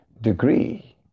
degree